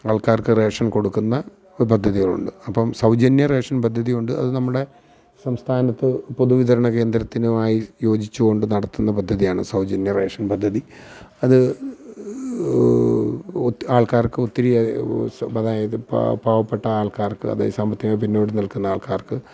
ആള്ക്കാര്ക്ക് റേഷന് കൊടുക്കുന്ന പദ്ധതികളുണ്ട് അപ്പം സൗജന്യ റേഷന് പദ്ധതിയുണ്ട് അത് നമ്മുടെ സംസ്ഥാനത്ത് പൊതുവിതരണ കേന്ദ്രവുമായി യോജിച്ച് കൊണ്ട് നടത്തുന്ന പദ്ധതിയാണ് സൗജന്യ റേഷൻ പദ്ധതി അത് ആള്ക്കാര്ക്ക് ഒത്തിരിയേറെ അതായത് പാവപ്പെട്ട ആള്ക്കാര്ക്ക് അതായത് സാമ്പത്തികമായി പിന്നോട്ട് നില്ക്കുന്ന ആള്ക്കാര്ക്ക്